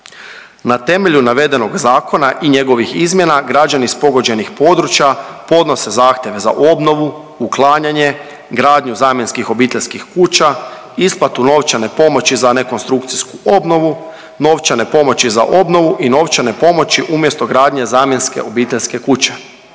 Na temelju navedenog zakona i njegovih izmjena građani s pogođenih područja podnose zahtjeve za obnovu, uklanjanje, gradnju zamjenskih obiteljskih kuća, isplatu novčane pomoći za nekonstrukcijsku obnovu, novčane pomoći za obnovu i novčane pomoći umjesto gradnje zamjenske obiteljske kuće.